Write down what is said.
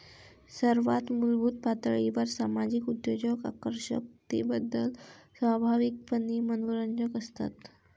सर्वात मूलभूत पातळीवर सामाजिक उद्योजक आकर्षकतेबद्दल स्वाभाविकपणे मनोरंजक असतात